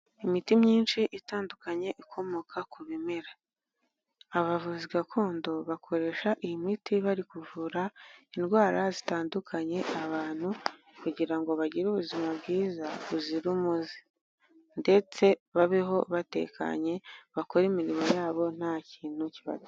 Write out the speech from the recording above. Imiti myinshi itandukanye ikomoka ku bimera. Abavuzi gakondo bakoresha iyi miti bari kuvura indwara zitandukanye abantu kugira ngo bagire ubuzima bwiza buzira umuze. Ndetse babeho batekanye bakore imirimo yabo nta kintu kiba...